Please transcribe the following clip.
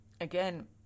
Again